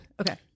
okay